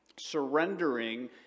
surrendering